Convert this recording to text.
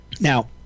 Now